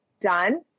done